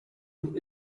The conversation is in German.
und